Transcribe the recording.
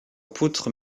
poutres